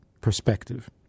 perspective